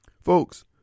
Folks